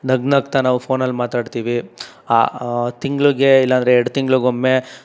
ನಗು ನಗ್ತಾ ನಾವು ಫೋನಲ್ಲಿ ಮಾತಾಡ್ತೀವಿ ಆ ತಿಂಗ್ಳಿಗೆ ಇಲ್ಲಾಂದರೆ ಎರಡು ತಿಂಗ್ಳಿಗೆ ಒಮ್ಮೆ